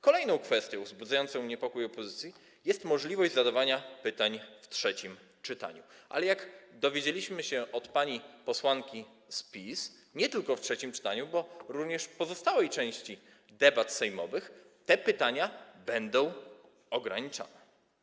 Kolejną kwestią wzbudzającą niepokój opozycji jest możliwość ograniczenia zadawania pytań w trzecim czytaniu, ale, jak dowiedzieliśmy się od pani posłanki z PiS, nie tylko w trzecim czytaniu, bo również w pozostałej części debat sejmowych te pytania będą ograniczone.